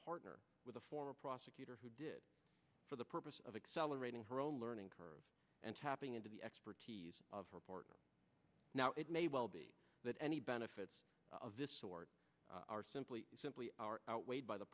partner with a former prosecutor who did for the purpose of accelerating her own learning curve and tapping into the expertise of her partner now it may well be that any benefits of this sort are simply simply are outweighed by the